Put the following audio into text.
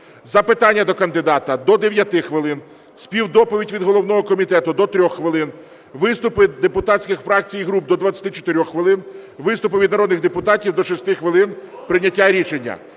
запитання до кандидата – до 9 хвилин; співдоповідь від головного комітету – до 3 хвилин; виступи депутатських фракцій і груп – до 24 хвилин; виступи від народних депутатів – до 6 хвилин; прийняття рішення.